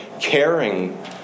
caring